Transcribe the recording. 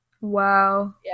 Wow